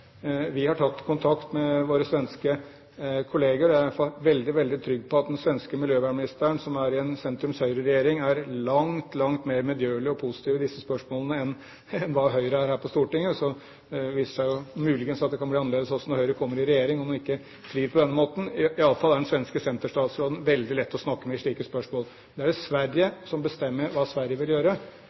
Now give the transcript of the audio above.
Vi har tatt kontakt med våre svenske kolleger. Jeg er i hvert fall veldig, veldig trygg på at den svenske miljøvernministeren, som er i en sentrum–høyre-regjering, er langt, langt mer medgjørlig og positiv i spørsmålene enn hva Høyre er her på Stortinget. Det viser seg jo muligens at det kan bli annerledes også når Høyre kommer i regjering, og når det ikke blir på denne måten. I hvert fall er den svenske Centern-statsråden veldig lett å snakke med i slike spørsmål. Det er Sverige som bestemmer hva Sverige vil gjøre.